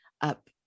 up